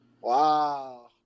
Wow